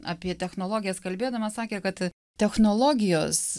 apie technologijas kalbėdamas sakė kad technologijos